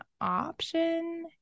option